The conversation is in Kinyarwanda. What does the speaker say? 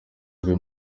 avuye